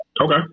Okay